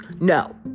No